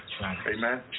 Amen